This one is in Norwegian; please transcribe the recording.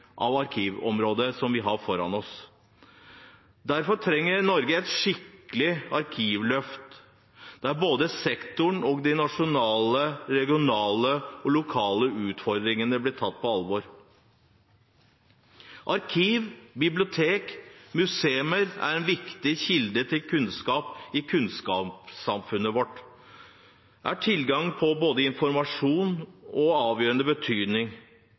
av arkivområdet som vi har foran oss. Derfor trenger Norge et skikkelig arkivløft, der både sektoren og de nasjonale, regionale og lokale utfordringene blir tatt på alvor. Arkiv, bibliotek og museer er viktige kilder til kunnskap. I et kunnskapssamfunn som vårt er tilgang på informasjon av avgjørende betydning,